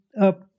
up